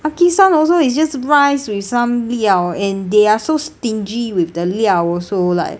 makisan also is just rice with some 料 and they are so stingy with the 料 also like